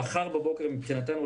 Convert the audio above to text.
גם מחר בבוקר מבחינתנו,